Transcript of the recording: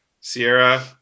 Sierra